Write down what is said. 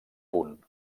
punt